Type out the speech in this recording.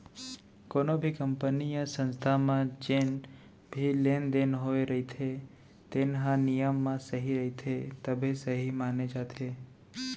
कोनो भी कंपनी य संस्था म जेन भी लेन देन होए रहिथे तेन ह नियम म सही रहिथे तभे सहीं माने जाथे